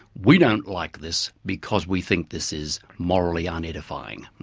we don't like this because we think this is morally unedifying.